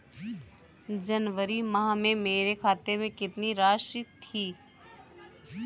जनवरी माह में मेरे खाते में कितनी राशि थी?